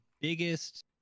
biggest